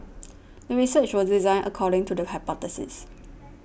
the research was designed according to the hypothesis